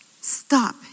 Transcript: stop